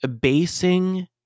basing